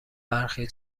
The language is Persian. برخی